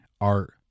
art